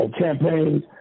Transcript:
campaigns